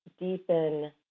deepen